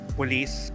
police